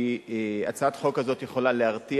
כי הצעת החוק הזאת יכולה להרתיע.